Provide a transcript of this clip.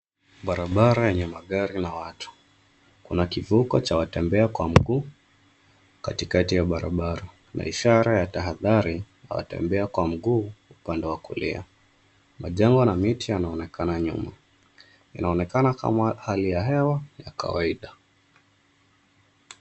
Barabara yenye magari na watu. Kuna kivuko cha watembea kwa miguu katikati ya barabara. Na ishara ya tahadhari kwa watembea kwa miguu upande wa kulia. Majengo na miti yanaonekana nyuma. Inaonekana kama hali ya hewa ya kawaida.